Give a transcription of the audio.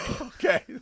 Okay